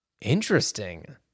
Interesting